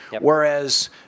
Whereas